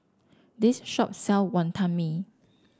this shop sell Wonton Mee